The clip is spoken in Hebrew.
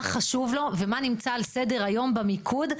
חשוב לו ומה נמצא על סדר היום במיקוד,